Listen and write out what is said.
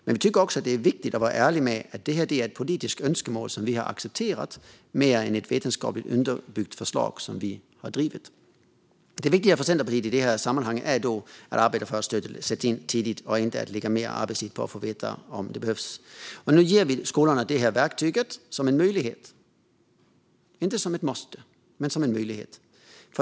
Men vi tycker att det är viktigt att vara ärlig med att detta är ett politiskt önskemål som vi har accepterat mer än att det är ett vetenskapligt underbyggt förslag som vi har drivit. Det viktiga för Centerpartiet i detta sammanhang är att arbeta för att sätta in tidigt stöd och att inte lägga mer arbetstid på att få veta om det behövs. Nu ger vi skolorna detta verktyg som en möjlighet, inte som ett måste.